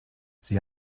sie